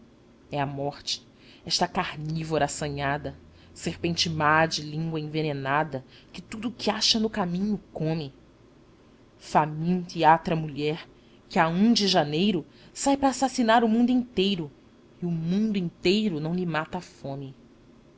é a morte esta carnívora assanhada serpente má de língua envenenada que tudo que acha no caminho come faminta e atra mulher que a de janeiro sai para assassinar o mundo inteiro e o mundo inteiro não lhe mata a fome